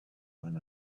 when